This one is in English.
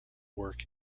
work